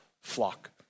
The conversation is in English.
flock